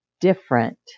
different